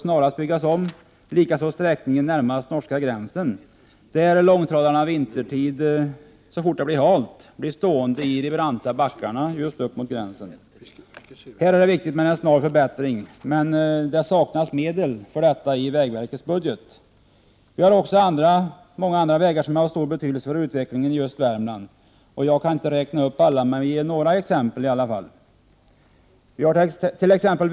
89 sträckningen närmast norska gränsen. Där blir långtradarna vintertid stående så fort det blir halt i de branta backarna upp mot gränsen. Det är här viktigt med en snar förbättring, men till detta saknas medel i vägverkets budget. Vi har också många andra vägar som är av stor betydelse för utvecklingen i Värmland. Jag kan inte räkna upp alla, men jag vill i alla fall ge några exempel.